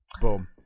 Boom